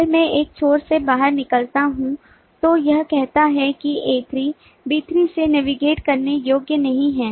अगर मैं एक छोर से बाहर निकलता हूं तो यह कहता है कि A3 B3 से नेविगेट करने योग्य नहीं है